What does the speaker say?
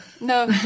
No